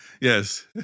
yes